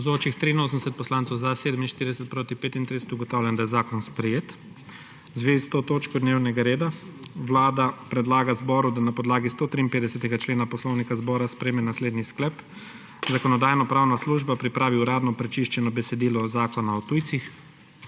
35. (Za je glasovalo 47.) (Proti 35.) Ugotavljam, da je zakon sprejet. V zvezi s to točko dnevnega reda Vlada predlaga zboru, da na podlagi 153. člena poslovnika zbora sprejme naslednji sklep: Zakonodajno-pravna služba pripravi uradno prečiščeno besedilo Zakona o tujcih.